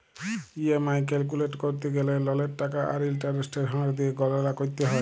EMI calculate ক্যরতে গ্যালে ললের টাকা আর ইলটারেস্টের হার দিঁয়ে গললা ক্যরতে হ্যয়